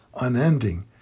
unending